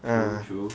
ah